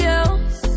else